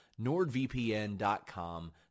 NordVPN.com